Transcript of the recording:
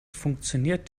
funktioniert